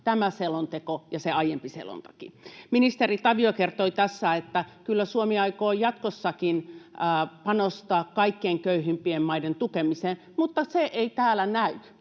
tämä selonteko ja se aiempi selonteko. Ministeri Tavio kertoi tässä, että kyllä Suomi aikoo jatkossakin panostaa kaikkein köyhimpien maiden tukemiseen, mutta se ei täällä näy.